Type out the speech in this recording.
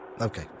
Okay